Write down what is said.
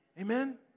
Amen